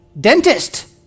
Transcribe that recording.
Dentist